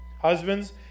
Husbands